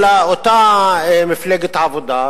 אלא אותה מפלגת העבודה,